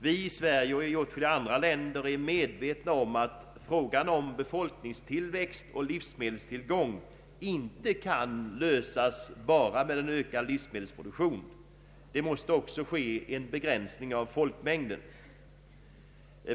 Vi i Sverige och åtskilliga andra länder är medvetna om att frågan om befolkningstillväxt och livsmedelstillgång inte kan lösas bara med en ökad livsmedelsproduktion. En begränsning av folkmängden måste också ske.